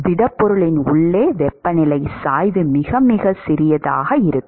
திடப்பொருளின் உள்ளே வெப்பநிலை சாய்வு மிக மிக சிறியதாக இருக்கும்